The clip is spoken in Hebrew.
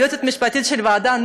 היועצת המשפטית של הוועדה,